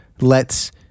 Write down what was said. lets